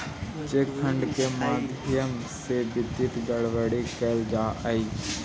cheque fraud के माध्यम से वित्तीय गड़बड़ी कैल जा हइ